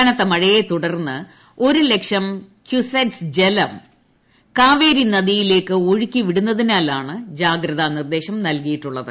കനത്ത മഴയെ തുടർന്ന് ഒരു ലക്ഷം ക്യൂസെറ്റ്സ് ജലം കാവേരി നദിയിലേക്ക് ഒഴുക്കി വിടുന്നതിനാലാണ് ജാഗ്രത നിർദ്ദേശും നൽകിയിട്ടുള്ളത്